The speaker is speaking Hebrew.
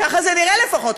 ככה זה נראה לפחות,